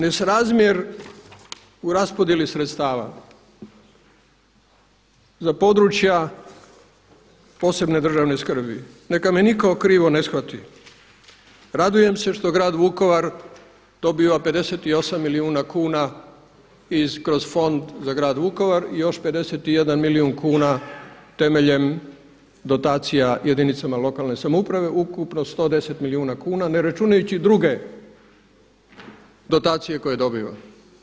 Prvo, nesrazmjer u raspodjeli sredstava za područja posebne državne skrbi, neka me nitko krivo ne shvati, radujem se što Grad Vukovar dobiva 58 milijuna kuna kroz Fond za Grad Vukovar i još 51 milijuna kuna temeljem dotacija jedinicama lokalne samouprave, ukupno 110 milijuna kuna ne računajući i druge dotacije koje dobiva.